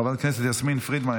חברת הכנסת יסמין פרידמן,